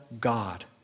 God